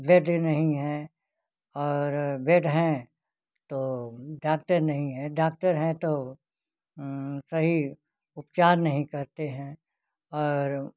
bed नहीं है और बेड है तो डाक्टर नहीं हैं डाक्टर हैं तो सही उपचार नहीं करते हैं और